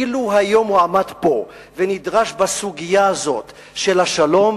אילו הוא עמד פה היום ונדרש לסוגיה הזאת של השלום,